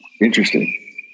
Interesting